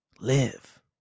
Live